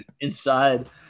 inside